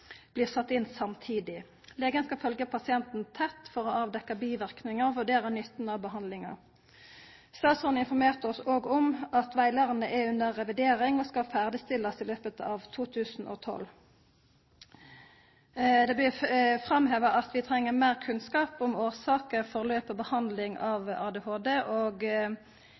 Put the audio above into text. blir sette inn samtidig. Legen skal følgja pasienten tett for å avdekkja biverknader og vurdera nytta av behandlinga. Statsråden informerte oss òg om at rettleiaren er under revidering og skal ferdigstillast i løpet av 2012. Det blir framheva at vi treng meir kunnskap om årsaka til, gangen i og behandlinga av ADHD, og